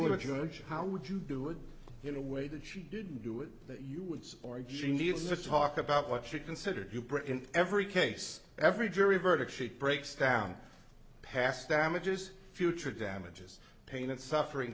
want to merge how would you do it in a way that she didn't do it that you would say or she needs to talk about what she considered you britain every case every jury verdict sheet breaks down past damages future damages pain and suffering